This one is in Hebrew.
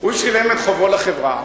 הוא שילם את חובו לחברה,